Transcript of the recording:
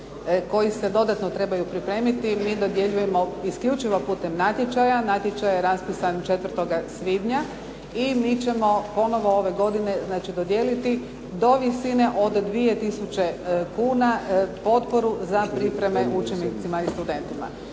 koji se dodatno trebaju pripremiti mi dodjeljujemo isključivo putem natječaja. Natječaj je raspisan 4. svibnja i mi ćemo ponovno ove godine znači dodijeliti do visine od 2000 kuna potporu za pripreme učenicima i studentima.